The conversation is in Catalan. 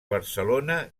barcelona